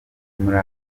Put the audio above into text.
muri